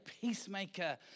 peacemaker